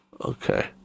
Okay